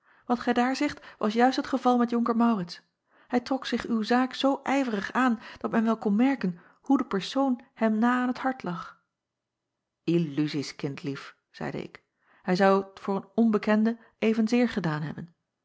wat gij daar zegt was juist het geval met onker aurits ij trok zich uw zaak zoo ijverig aan dat men wel kon merken hoe de persoon hem na aan t hart lag lluzies kindlief zeide ik hij zou t voor een onbekende evenzeer gedaan hebben